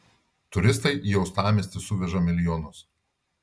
turistai į uostamiestį suveža milijonus